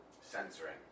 censoring